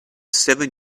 seven